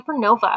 supernova